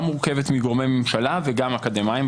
הייתה מורכבת מגורמי ממשלה וגם אקדמאים,